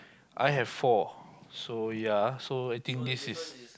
I have four so ya so I think this is